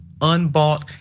unbought